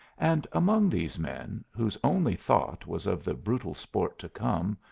and among these men, whose only thought was of the brutal sport to come,